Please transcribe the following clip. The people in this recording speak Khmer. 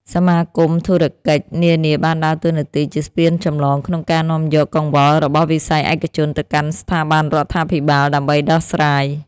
សមាគមធុរកិច្ចនានាបានដើរតួនាទីជាស្ពានចម្លងក្នុងការនាំយកកង្វល់របស់វិស័យឯកជនទៅកាន់ស្ថាប័នរដ្ឋាភិបាលដើម្បីដោះស្រាយ។